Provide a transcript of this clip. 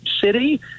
city